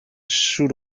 shoot